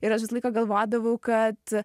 ir aš visą laiką galvodavau kad